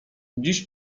dziś